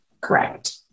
Correct